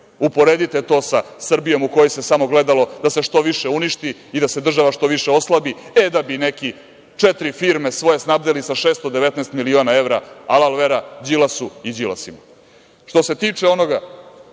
Uporedite to sa Srbijom u kojoj se samo gledalo da se što više uništi i da se država što više oslabi, da bi neki svoje četiri firme snabdeli sa 619 miliona evra. Alal vera Đilasu i đilasima. Što